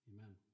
Amen